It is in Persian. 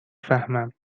فهمم